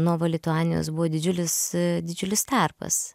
novo lituanijos buvo didžiulis didžiulis tarpas